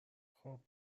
خوب